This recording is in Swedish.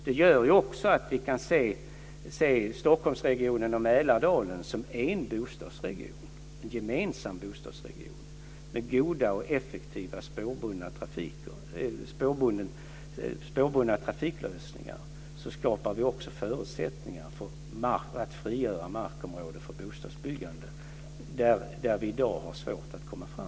Det gör ju också att vi kan se Stockholmsregionen och Mälardalen som en gemensam bostadsregion. Med goda och effektiva spårbundna trafiklösningar skapar vi också förutsättningar för att frigöra markområde för bostadsbyggande där vi i dag har svårt att komma fram.